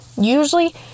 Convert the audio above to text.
Usually